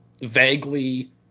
vaguely